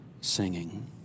singing